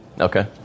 Okay